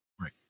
right